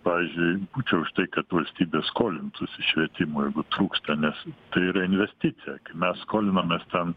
pavyzdžiui būčiau už tai kad valstybė skolintųsi švietimui trūksta nes tai yra investicija mes skolinomės tam